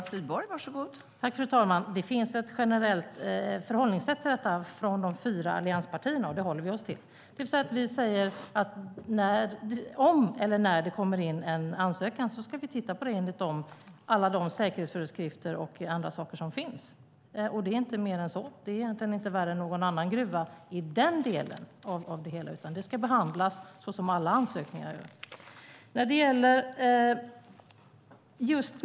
Fru talman! Det finns ett generellt förhållningssätt till detta från de fyra allianspartierna, och det håller vi oss till. Vi säger att om eller när det kommer in en ansökan ska vi titta på den enligt alla de säkerhetsföreskrifter och andra saker som finns. Det är inte mer än så. Det är egentligen inte värre än någon annan gruva i den delen. Den ska behandlas som alla ansökningar.